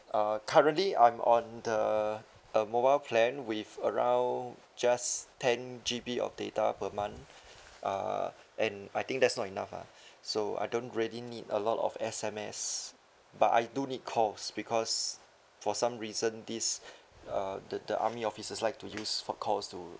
uh currently I'm on the a mobile plan with around just ten G_B of data per month uh and I think there's not enough lah so I don't really need a lot of S_M_S but I do need calls because for some reason this uh the the army officers like to use phone calls to